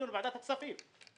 בדיון ועדת הכספים.